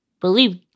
Believe